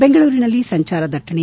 ಬೆಂಗಳೂರಿನಲ್ಲಿ ಸಂಚಾರ ದಟ್ಟಣೆ